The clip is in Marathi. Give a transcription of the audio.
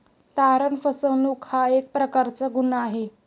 तारण फसवणूक हा एक प्रकारचा गुन्हा आहे